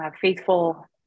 faithful